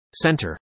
Center